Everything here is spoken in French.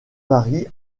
varient